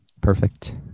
Perfect